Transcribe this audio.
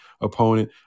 opponent